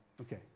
Okay